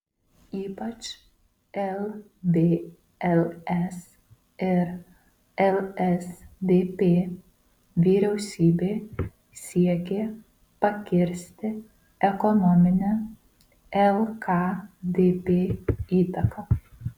ypač lvls ir lsdp vyriausybė siekė pakirsti ekonominę lkdp įtaką